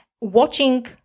Watching